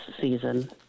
season